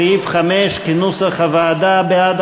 סעיף 5 כנוסח הוועדה: בעד,